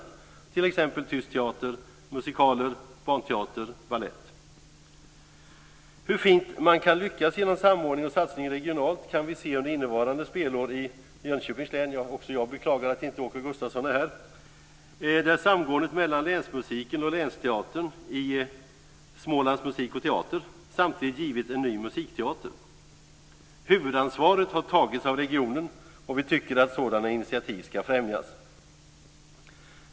Det gäller t.ex. tyst teater, musikaler, barnteater och balett. Hur fint man kan lyckas genom samordning och satsning regionalt kan vi se under innevarande spelår i Jönköpings län - också jag beklagar att inte Åke Gustavsson är här. Där har samgåendet mellan länsmusiken och länsteatern i Smålands Musik och Teater samtidigt givit en ny musikteater. Huvudansvaret har tagits av regionen. Vi tycker att sådana initiativ ska främjas.